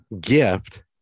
gift